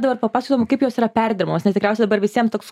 dabar papasakotum kaip jos yra perdirbamos nes tikriausiai dabar visiem toks